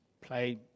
play